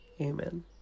Amen